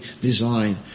design